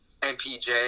MPJ